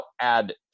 add